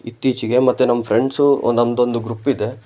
ಇತ್ತೀಚಿಗೆ ಮತ್ತು ನಮ್ಮ ಫ್ರೆಂಡ್ಸು ಒಂದು ನಮ್ಮದೊಂದು ಗ್ರೂಪಿದೆ